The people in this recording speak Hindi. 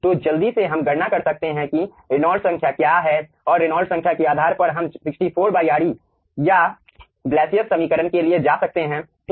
तो जल्दी से हम गणना कर सकते हैं कि रेनॉल्ड्स संख्या क्या है और रेनॉल्ड्स संख्या के आधार पर हम 64 Re या ब्लासियस समीकरण के लिए जा सकते हैं ठीक